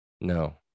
No